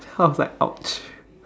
how's like ouch